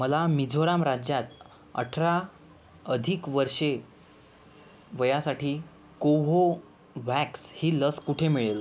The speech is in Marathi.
मला मिझोराम राज्यात अठरा अधिक वर्षे वयासाठी कोव्होवॅक्स ही लस कुठे मिळेल